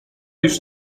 już